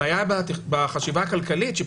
הבעיה בחשיבה הכלכלית, שהיא